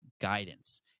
guidance